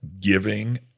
giving